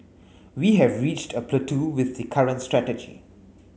we have reached a plateau with the current strategy